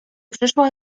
przyszła